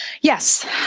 Yes